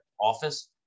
office